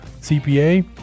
CPA